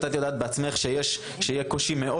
את יודעת בעצמך שביום שאחרי יהיה קושי מאוד